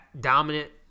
dominant